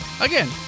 Again